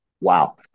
wow